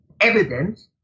evidence